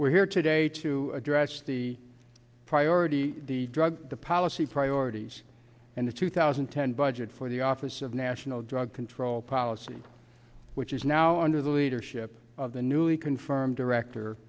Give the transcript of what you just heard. we're here today to address the priority the drug policy priorities and the two thousand and ten budget for the office of national drug control policy which is now under the leadership of the newly confirmed director